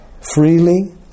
freely